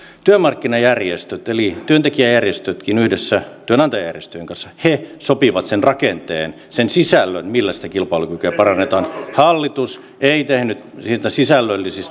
työmarkkinajärjestöt eli työntekijäjärjestötkin yhdessä työnantajajärjestöjen kanssa sopivat sen rakenteen sen sisällön millä sitä kilpailukykyä parannetaan hallitus ei tehnyt niitä sisällöllisiä